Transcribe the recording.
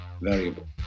variable